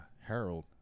harold